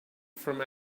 from